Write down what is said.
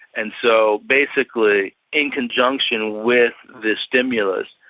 and so basically, in conjunction with the stimulus,